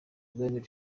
gang